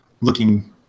looking